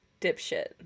Dipshit